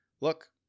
Look